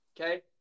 okay